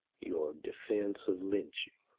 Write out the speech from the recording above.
your defence of lynching,